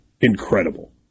incredible